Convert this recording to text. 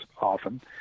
often